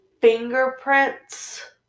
fingerprints